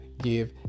give